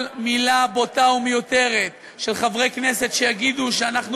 כל מילה בוטה ומיותרת של חברי כנסת שיגידו שאנחנו